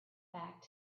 back